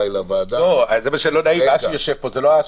לוועדה --- זה לא אשי,